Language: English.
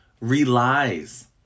relies